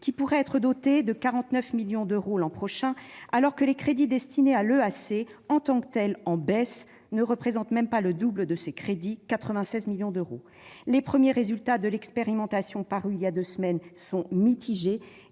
qui pourrait être doté de 49 millions d'euros l'an prochain, alors que les crédits destinés à l'EAC, en tant que telle, sont en baisse et ne représentent même pas le double de ces crédits : 96 millions d'euros. Les premiers résultats de l'expérimentation, parus voilà deux semaines, sont mitigés